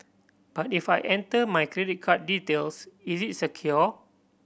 but if I enter my credit card details is it secure